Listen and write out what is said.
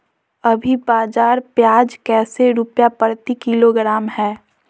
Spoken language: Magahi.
अभी बाजार प्याज कैसे रुपए प्रति किलोग्राम है?